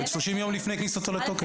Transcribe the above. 30 יום לפני כניסתו לתוקף,